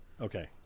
okay